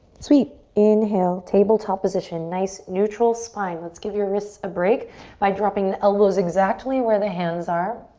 sweet. inhale, tabletop position. nice, neutral spine. let's give your wrists a break by dropping the elbows exactly where the hands are